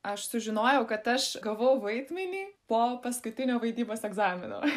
aš sužinojau kad aš gavau vaidmenį po paskutinio vaidybos egzamino